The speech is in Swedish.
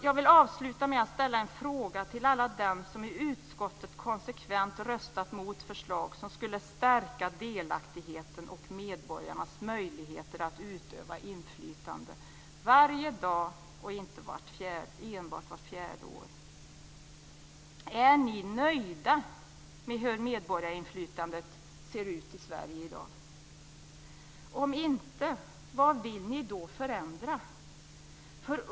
Jag vill avsluta med att ställa en fråga till alla dem som i utskottet konsekvent har röstat mot förslag som skulle stärka delaktigheten och medborgarnas möjligheter att utöva inflytande, varje dag och inte enbart vart fjärde år. Är ni nöjda med hur medborgarinflytandet ser ut i Sverige i dag? Om inte, vad vill ni då förändra?